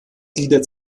gliedert